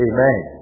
Amen